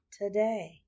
today